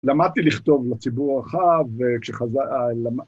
למדתי לכתוב לציבור רחב, וכשחז... ה...ל...